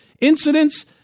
incidents